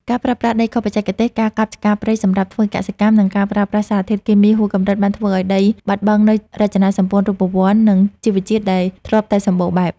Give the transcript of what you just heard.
ការប្រើប្រាស់ដីខុសបច្ចេកទេស ការកាប់ឆ្ការព្រៃសម្រាប់ធ្វើកសិកម្ម និងការប្រើប្រាស់សារធាតុគីមីហួសកម្រិត បានធ្វើឱ្យដីបាត់បង់នូវរចនាសម្ព័ន្ធរូបវន្ត និងជីវជាតិដែលធ្លាប់តែសម្បូរបែប។